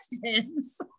questions